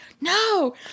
no